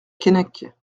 keinec